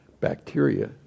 bacteria